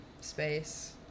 space